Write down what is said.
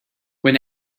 when